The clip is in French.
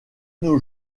nos